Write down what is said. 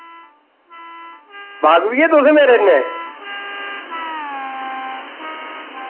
बाकफी ऐ तुसें मेरे कन्नै